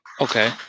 Okay